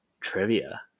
trivia